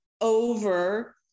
over